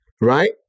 Right